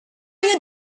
you